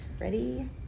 ready